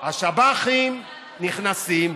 השב"חים נכנסים,